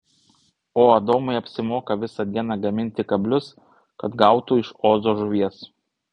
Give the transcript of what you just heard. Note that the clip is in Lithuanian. o adomui apsimoka visą dieną gaminti kablius kad gautų iš ozo žuvies